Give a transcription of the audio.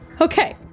Okay